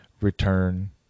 return